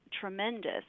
tremendous